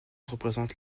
représente